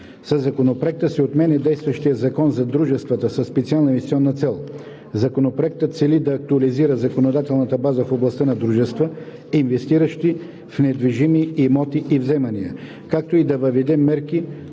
Със Законопроекта се отменя действащия Закон за дружествата със специална инвестиционна цел. Законопроектът цели да актуализира законодателната база в областта на дружества, инвестиращи в недвижими имоти и вземания, както и да въведе мерки